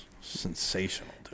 sensational